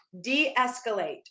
de-escalate